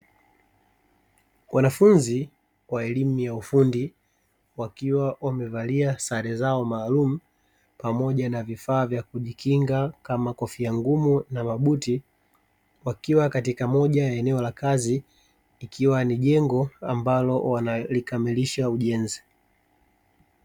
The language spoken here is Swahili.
Wanafunzi wa elimu ya ufundi wakiwa wamevalia sare zao maalumu pamoja na vifaa vya kujikinga kama kofia ngumu na mabuti, wakiwa katika moja ya eneo la kazi likiwa ni jengo ambalo wanalikamilisha ujenzi.